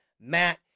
Matt